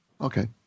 okay